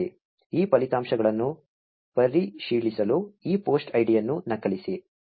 ಈ ಫಲಿತಾಂಶಗಳನ್ನು ಪರಿಶೀಲಿಸಲು ಈ ಪೋಸ್ಟ್ ಐಡಿಯನ್ನು ನಕಲಿಸಿ